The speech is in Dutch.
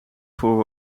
voor